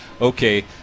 Okay